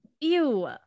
Ew